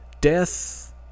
death